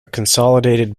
consolidated